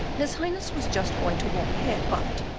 his highness was just going to walk ahead, but,